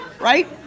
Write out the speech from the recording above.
right